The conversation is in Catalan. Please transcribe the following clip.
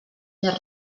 més